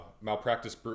Malpractice